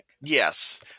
Yes